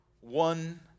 one